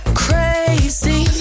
crazy